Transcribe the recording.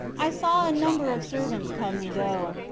i saw a number of servants come and go,